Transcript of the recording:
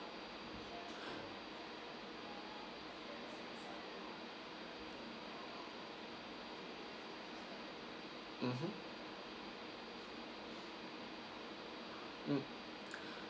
mmhmm mm